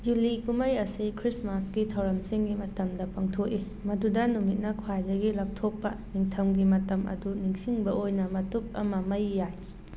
ꯌꯨꯂꯤ ꯀꯨꯝꯍꯩ ꯑꯁꯤ ꯈ꯭ꯔꯤꯁꯃꯥꯁꯀꯤ ꯊꯧꯔꯝꯁꯤꯡꯒꯤ ꯃꯇꯝꯗ ꯄꯥꯡꯊꯣꯛꯏ ꯃꯗꯨꯗ ꯅꯨꯃꯤꯠꯅ ꯈ꯭ꯋꯥꯏꯗꯒꯤ ꯂꯥꯞꯊꯣꯛꯄ ꯅꯤꯡꯊꯝꯒꯤ ꯃꯇꯝ ꯑꯗꯨ ꯅꯤꯡꯁꯤꯡꯕ ꯑꯣꯏꯅ ꯃꯇꯨꯞ ꯑꯃ ꯃꯩ ꯌꯥꯏ